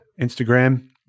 instagram